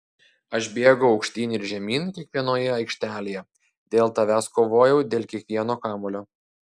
aš bėgau aukštyn ir žemyn kiekvienoje aikštelėje dėl tavęs kovojau dėl kiekvieno kamuolio